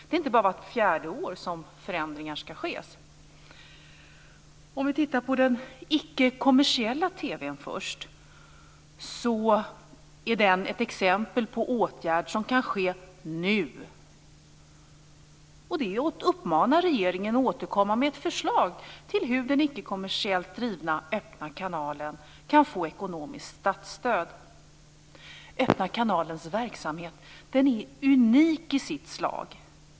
Det är inte bara vart fjärde år som förändringar ska ske. Vi kan först titta på den icke kommersiella TV:n. Här har vi ett exempel på en åtgärd som kan ske nu, och det är att uppmana regeringen att återkomma med ett förslag till hur den icke kommersiellt drivna Öppna kanalen kan få ekonomiskt statsstöd. Öppna kanalens verksamhet är unik i sitt slag.